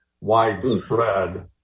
widespread